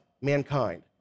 mankind